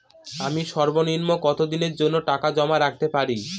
আমি সর্বনিম্ন কতদিনের জন্য টাকা জমা রাখতে পারি?